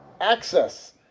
access